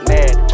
Mad